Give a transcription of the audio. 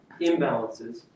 imbalances